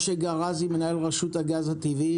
משה גראזי, מנהל רשות הגז הטבעי